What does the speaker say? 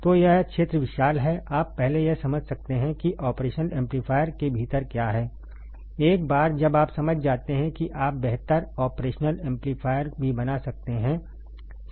तो यह क्षेत्र विशाल है आप पहले यह समझ सकते हैं कि ऑपरेशनल एम्पलीफायर के भीतर क्या है एक बार जब आप समझ जाते हैं कि आप बेहतर ऑपरेशनल एम्पलीफायर भी बना सकते हैं